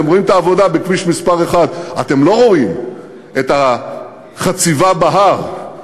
אתם רואים את העבודה בכביש 1. אתם לא רואים את החציבה בהר,